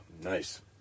Nice